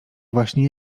właśnie